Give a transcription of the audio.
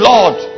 Lord